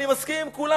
אני מסכים עם כולם.